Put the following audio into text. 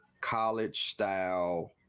college-style